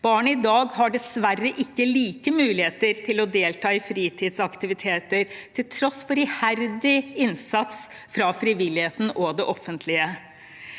Barn i dag har dessverre ikke like muligheter til å delta i fritidsaktiviteter, til tross for iherdig innsats fra frivilligheten og det offentlige.